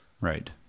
right